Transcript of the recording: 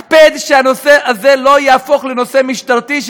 הקפד שהנושא הזה לא יהפוך לנושא משטרתי,